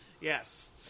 Yes